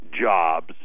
jobs